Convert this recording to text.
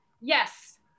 yes